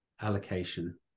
allocation